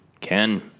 Ken